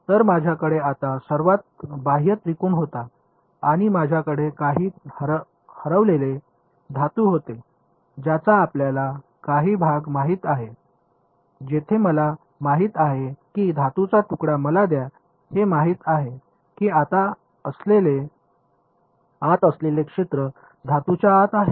तर माझ्याकडे असा सर्वात बाह्य त्रिकोण होता आणि माझ्याकडे काही हरवलेले धातू होते ज्याचा आपल्याला काही भाग माहित आहे जेथे मला माहित आहे की धातूचा तुकडा मला द्या हे माहित आहे की आत असलेले क्षेत्र धातुच्या आत आहे